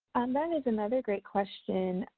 that is another great question.